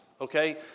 okay